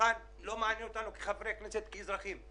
והיכן לא מעניין אותנו כחברי כנסת וכאזרחים.